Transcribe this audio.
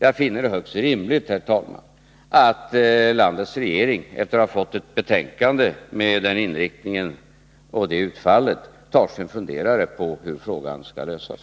Jag finner det högst rimligt, herr talman, att landets regering, efter att ha fått ett betänkande med den inriktningen och det utfallet, tar sig en funderare på hur frågan skall lösas.